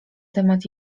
temat